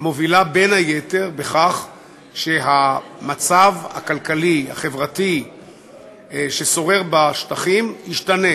היא בין היתר בכך שהמצב הכלכלי-החברתי ששורר בשטחים ישתנה.